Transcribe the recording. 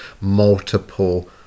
multiple